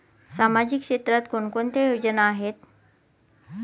सामाजिक क्षेत्रात कोणकोणत्या योजना आहेत?